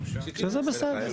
שזה בסדר.